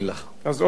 אז עוד דקה.